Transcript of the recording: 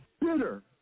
bitter